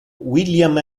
william